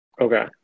Okay